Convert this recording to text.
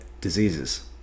diseases